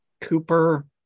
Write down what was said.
Cooper